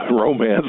romance